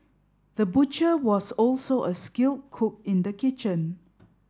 the butcher was also a skilled cook in the kitchen